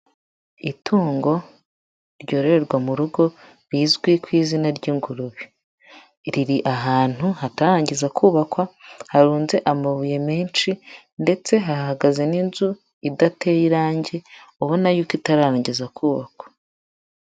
Itungo ryororerwa mu rugo, rizwi ku izina ry'ingurube, riri ahantu hatarangiza kubakwa, harunze amabuye menshi ndetse hahagaze n'inzu idateye irange, ubona yuko itarangiza kubakwa.